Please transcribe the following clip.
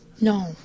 No